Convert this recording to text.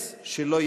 "נס שלא ייאמן".